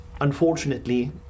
Unfortunately